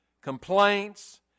complaints